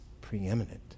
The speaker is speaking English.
preeminent